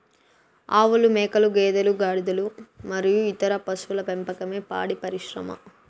ఆవులు, మేకలు, గేదెలు, గాడిదలు మరియు ఇతర పశువుల పెంపకమే పాడి పరిశ్రమ